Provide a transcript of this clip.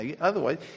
Otherwise